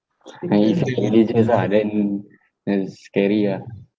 I need to be religious ah then just scary ah